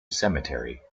cemetery